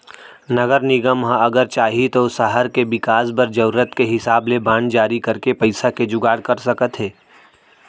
नगर निगम ह अगर चाही तौ सहर के बिकास बर जरूरत के हिसाब ले बांड जारी करके पइसा के जुगाड़ कर सकत हे